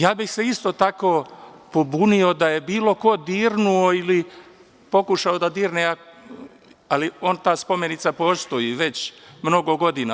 Ja bih se isto tako pobunio da je bilo ko dirnuo ili pokušao da dirne, ali ta spomenica postoji već mnogo godina.